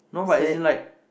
sad